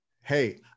Hey